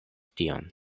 tion